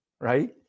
right